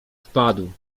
wpadł